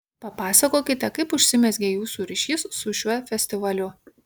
papasakokite kaip užsimezgė jūsų ryšys su šiuo festivaliu